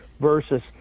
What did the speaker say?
versus –